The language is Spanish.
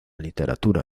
literatura